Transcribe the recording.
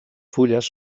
fulles